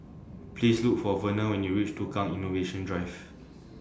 Please Look For Verner when YOU REACH Tukang Innovation Drive